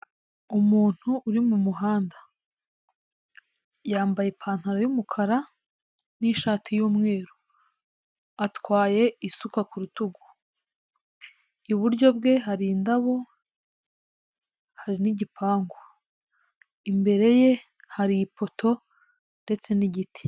Umuntu uri mu muhanda, yambaye ipantaro y'umukara n'ishati y'umweru atwaye isuka ku rutugu iburyo bwe hari indabo hari n'igipangu, imbere ye hari ipoto ndetse n'igiti..